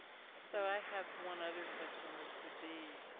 so i have one other question which would be